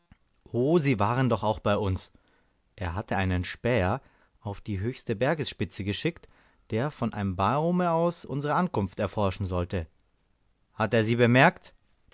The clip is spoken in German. sie waren doch auch bei uns er hatte einen späher auf die höchste bergesspitze geschickt der von einem baume aus unsere ankunft erforschen sollte hat er sie bemerkt